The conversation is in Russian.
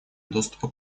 доступа